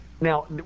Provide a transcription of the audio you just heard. Now